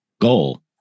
goal